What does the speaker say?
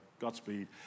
Godspeed